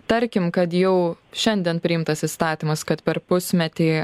tarkim kad jau šiandien priimtas įstatymas kad per pusmetį